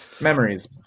memories